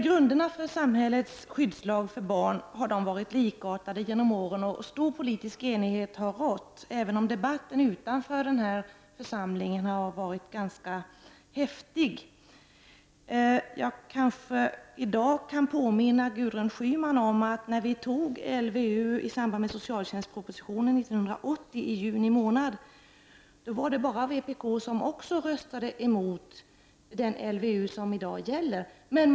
Grunderna för samhällets skyddslag för barn har varit likartade genom åren, och stor politisk enighet har rått, även om debatten utanför den här församlingen har varit ganska häftig. Låt mig i detta sammanhang påminna Gudrun Schyman om att det när vi juni 1980 antog nu gällande LVU, på grundval av förslag i socialtjänstpropositionen, bara var vpk som röstade emot.